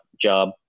job